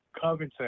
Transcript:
Covington